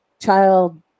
child